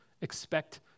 expect